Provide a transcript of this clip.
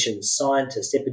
scientists